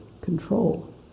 control